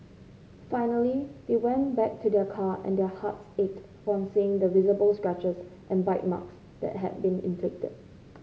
finally they went back to their car and their hearts ached upon seeing the visible scratches and bite marks that had been inflicted